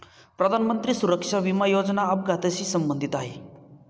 प्रधानमंत्री सुरक्षा विमा योजना अपघाताशी संबंधित आहे